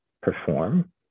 perform